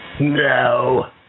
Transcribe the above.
No